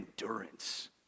endurance